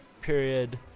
period